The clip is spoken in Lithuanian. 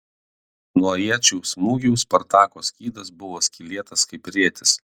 nuo iečių smūgių spartako skydas buvo skylėtas kaip rėtis